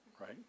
right